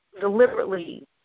deliberately